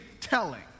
telling